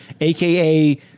AKA